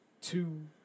two